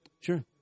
Sure